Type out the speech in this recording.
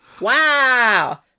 Wow